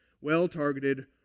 well-targeted